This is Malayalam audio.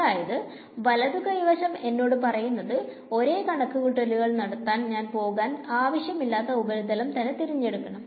അതായത് വളത്തുകായ് വശം എന്നോട് പറയുന്നത് ഒരേ കണക്കുകൂട്ടലുകൾ നടത്താൻ ഞാൻ പോകാൻ ആവശ്യം ഇല്ലാത്ത ഉപരിതലം തന്നെ തിരഞ്ഞെടുക്കണം